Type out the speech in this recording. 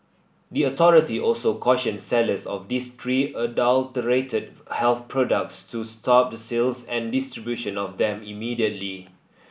the authority also cautioned sellers of these three adulterated health products to stop the sales and distribution of them immediately